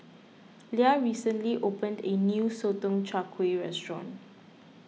Leah recently opened a new Sotong Char Kway restaurant